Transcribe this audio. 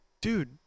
Dude